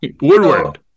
Woodward